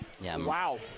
Wow